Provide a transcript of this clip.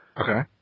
Okay